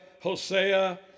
Hosea